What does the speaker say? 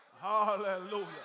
Hallelujah